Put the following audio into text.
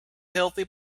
healthy